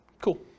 Cool